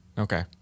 Okay